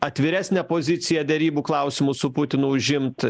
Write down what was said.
atviresnę poziciją derybų klausimu su putinu užimt